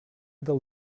del